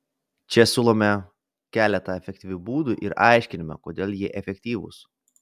čia siūlome keletą efektyvių būdų ir aiškiname kodėl jie efektyvūs